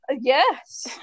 Yes